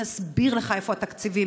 נסביר לך איפה התקציבים,